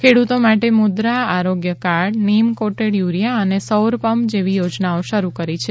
ખેડૂતો માટે મુદ્રા આરોગ્ય કાર્ડ નીમ કોટેડ યુરિયા અને સૌર પંપ જેવી યોજનાઓ શરૂ કરી છે